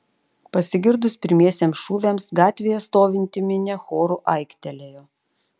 pasigirdus pirmiesiems šūviams gatvėje stovinti minia choru aiktelėjo